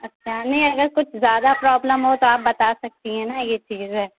اچھا نہیں اگر کچھ زیادہ پروبلم ہو تو آپ بتا سکتی ہیں نا یہ چیزیں